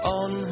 on